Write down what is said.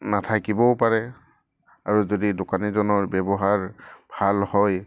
নাথাকিবও পাৰে আৰু যদি দোকানীজনৰ ব্যৱহাৰ ভাল হয়